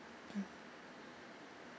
mm